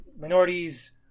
minorities